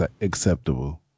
acceptable